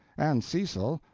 and cecil,